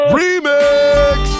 remix